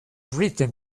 written